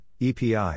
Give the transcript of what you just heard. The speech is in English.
EPI